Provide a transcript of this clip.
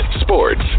sports